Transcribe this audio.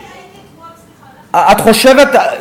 הייתי אתמול בשיחה, היה לנו